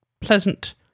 pleasant